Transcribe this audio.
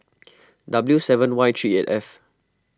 W seven Y three eight F